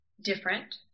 different